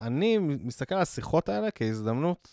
אני מסתכל על השיחות האלה כהזדמנות.